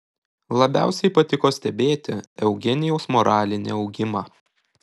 labiausiai patiko stebėti eugenijaus moralinį augimą